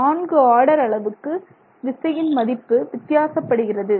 நான்கு ஆர்டர் அளவுக்கு விசையின் மதிப்பு வித்தியாசப்படுகிறது